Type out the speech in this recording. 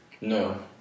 No